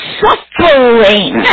suffering